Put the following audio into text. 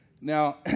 Now